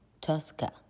Tosca